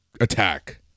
attack